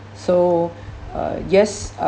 so uh yes